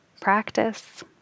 practice